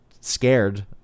scared